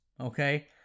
okay